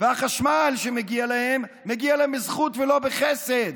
והחשמל שמגיע להם מגיע להם בזכות ולא בחסד,